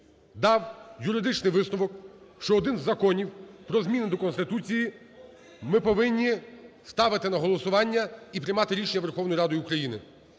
дав юридичний висновок, що один із Законів про зміни до Конституції ми повинні ставити на голосування і приймати рішення Верховною Радою України.